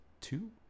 two